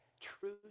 truth